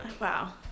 Wow